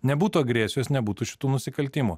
nebūtų agresijos nebūtų šitų nusikaltimų